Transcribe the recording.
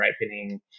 ripening